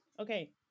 okay